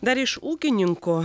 dar iš ūkininko